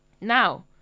Now